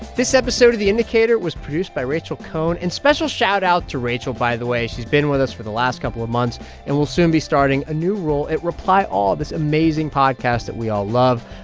this episode of the indicator was produced by rachel cohn. and special shoutout to rachel, by the way. she's been with us for the last couple of months and will soon be starting a new role at reply all, this amazing podcast that we all love.